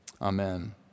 Amen